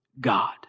God